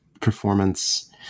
performance